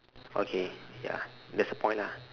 okay ya that's the point lah